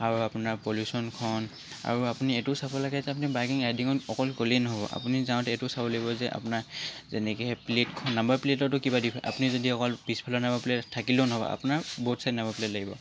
আৰু আপোনাৰ পলিউশ্যনখন আৰু আপুনি এইটো চাব লাগে যে আপুনি বাইকিং ৰাইডিঙত অকল গ'লেই নহ'ব আপুনি যাওঁতে এইটো চাব লাগিব যে আপোনাৰ যেনেকৈ প্লেটখন নম্বৰ প্লেটতো কিবা ডিফেক্ট আপুনি যদি অকল পিছফালৰ নম্বৰ প্লেট থাকিলেও নহ'ব আপোনাৰ ব'থ ছাইড নম্বৰ প্লেট লাগিব